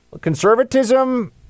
conservatism